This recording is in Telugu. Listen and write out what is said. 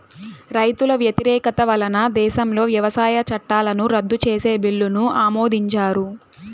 రైతుల వ్యతిరేకత వలన దేశంలో వ్యవసాయ చట్టాలను రద్దు చేసే బిల్లును ఆమోదించారు